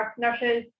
nurses